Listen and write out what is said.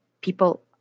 People